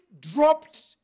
dropped